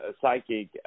psychic